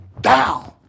down